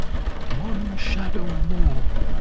one shadow more!